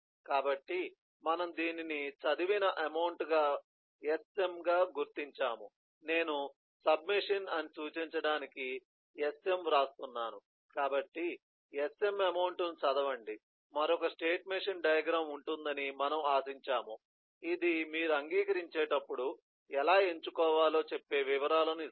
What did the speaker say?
కాబట్టి మనము దీనిని చదివిన అమౌంట్ గా sm గా గుర్తించాము నేను సబ్మెషిన్ అని సూచించడానికి sm వ్రాస్తున్నాను కాబట్టి sm అమౌంట్ ను చదవండి మరొక స్టేట్ మెషీన్ డయాగ్రమ్ ఉంటుందని మనము ఆశించాము ఇది మీరు అంగీకరించేటప్పుడు ఎలా ఎంచుకోవాలో చెప్పే వివరాలను ఇస్తుంది